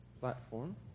platform